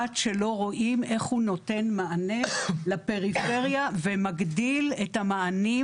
עד שלא רואים איך הוא נותן מענה לפריפריה ומגדיל את המענים